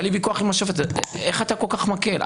לי ויכוח עם השופט איך אתה כל כך מקל?